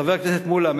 חבר הכנסת מולה,